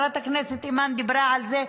חברת הכנסת אימאן דיברה על זה,